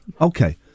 Okay